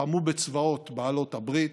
לחמו בצבאות בעלות הברית,